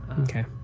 Okay